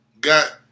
got